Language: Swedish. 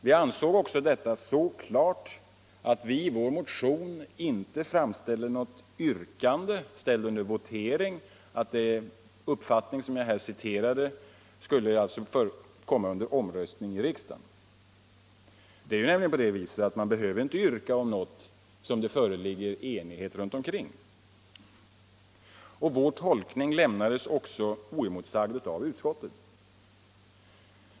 Vi ansåg detta så klart att vi inte framställde något yrkande på denna punkt i vår motion och vi begärde inte heller votering om den uppfattning som jag här citerade. Man behöver ju inte yrka på det som enighet föreligger om. Vår tolkning lämnades också oemotsagd av utskottet.